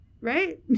right